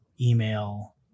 email